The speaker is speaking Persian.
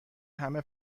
همه